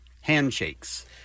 handshakes